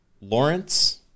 Lawrence